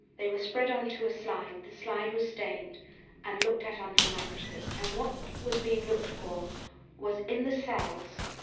they were spread onto a slide, the slide was stained and looked at under a microscope, and what was being looked for was, in the cells,